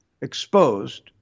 exposed